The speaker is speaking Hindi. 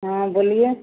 हाँ बोलिए